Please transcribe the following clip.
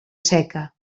seca